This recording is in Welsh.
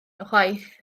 ychwaith